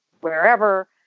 wherever